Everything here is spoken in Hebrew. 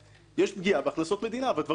יש פגיעה בהכנסות מדינה, הדברים ברורים.